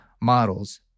models